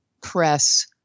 press